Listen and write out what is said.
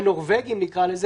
"הנורווגים" נקרא לזה,